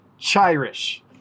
Chirish